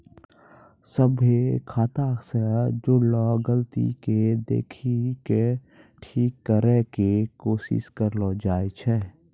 सभ्भे खाता से जुड़लो गलती के देखि के ठीक करै के कोशिश करलो जाय छै